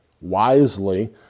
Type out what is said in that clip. wisely